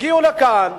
הגיעו לכאן,